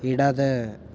ഇടത്